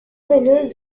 veineuse